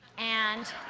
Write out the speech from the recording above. and